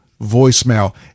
voicemail